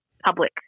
public